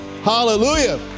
Hallelujah